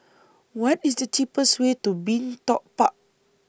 What IS The cheapest Way to Bin Tong Park